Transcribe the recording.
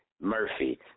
Murphy